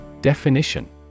Definition